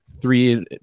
three